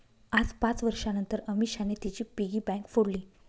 आज पाच वर्षांनतर अमीषाने तिची पिगी बँक फोडली